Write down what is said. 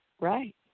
right